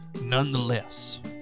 nonetheless